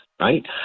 right